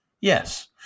yes